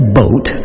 boat